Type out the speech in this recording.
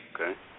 Okay